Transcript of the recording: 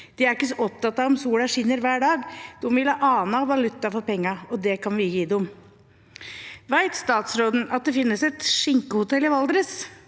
de er ikke så opptatt av om solen skinner hver dag. De vil ha annen valuta for pengene, og det kan vi gi dem. Vet statsråden at det finnes et skinkehotell i Valdres,